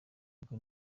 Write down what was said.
uko